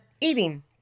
eating